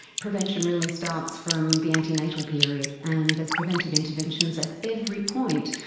prevention really starts from the antenatal period, and there's preventive interventions at every point,